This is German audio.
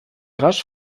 rasch